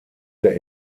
der